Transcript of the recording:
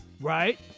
right